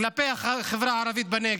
כלפי החברה הערבית בנגב.